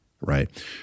right